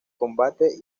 combate